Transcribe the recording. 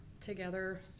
together